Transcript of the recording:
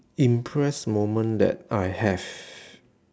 impressed moment that I have